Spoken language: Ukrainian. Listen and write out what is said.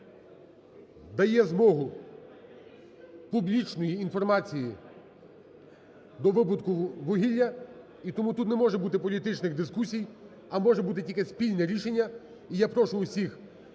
дає змогу публічної інформації до видобутку вугілля, і тому тут не може бути політичних дискусій, а може бути тільки спільне рішення. І я прошу усіх